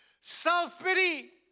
Self-pity